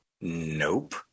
Nope